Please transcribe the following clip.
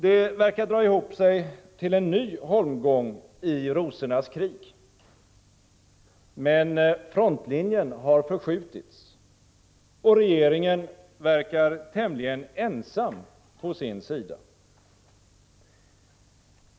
Det verkar dra ihop sig till en ny holmgång i Rosornas krig. Men frontlinjen har förskjutits, och regeringen verkar tämligen ensam på sin sida.